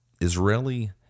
Israeli